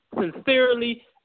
sincerely